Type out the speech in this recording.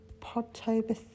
Podtober